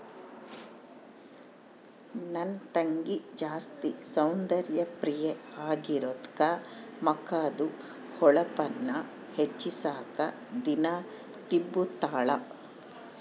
ನನ್ ತಂಗಿ ಜಾಸ್ತಿ ಸೌಂದರ್ಯ ಪ್ರಿಯೆ ಆಗಿರೋದ್ಕ ಮಕದ್ದು ಹೊಳಪುನ್ನ ಹೆಚ್ಚಿಸಾಕ ದಿನಾ ತಿಂಬುತಾಳ